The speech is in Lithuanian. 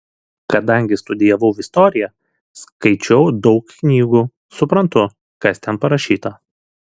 kadangi studijavau istoriją skaičiau daug knygų suprantu kas ten parašyta